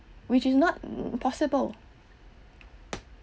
which is not possible